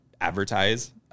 advertise